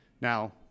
Now